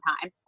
time